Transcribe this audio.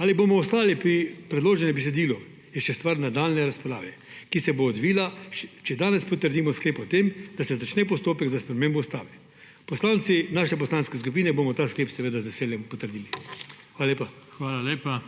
Ali bomo ostali pri predloženem besedilu, je še stvar nadaljnje razprave, ki se bo odvila, če danes potrdimo sklep o tem, da se začne postopek za spremembo ustave. Poslanci naše poslanske skupine bomo ta sklep seveda z veseljem potrdili. Hvala lepa.